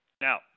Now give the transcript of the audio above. Now